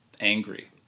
angry